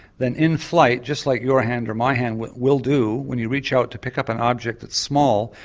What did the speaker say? then in flight just like your hand or my hand will will do when you reach out to pick up an object that's small,